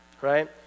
right